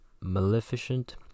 Maleficent